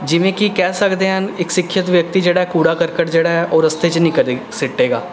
ਜਿਵੇਂ ਕਿ ਕਹਿ ਸਕਦੇ ਹਨ ਇੱਕ ਸਿੱਖਿਅਤ ਵਿਅਕਤੀ ਜਿਹੜਾ ਕੂੜਾ ਕਰਕਟ ਜਿਹੜਾ ਹੈ ਉਹ ਰਸਤੇ 'ਚ ਨਹੀਂ ਕਦੇ ਸੁੱਟੇਗਾ